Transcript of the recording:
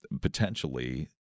potentially